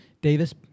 Davis